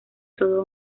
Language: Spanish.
todo